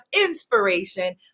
inspiration